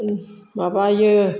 माबायो